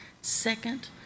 second